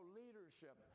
leadership